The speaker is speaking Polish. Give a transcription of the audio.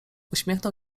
uśmiechnął